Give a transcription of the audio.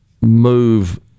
move